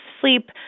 sleep